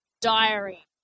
diary